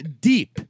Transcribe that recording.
deep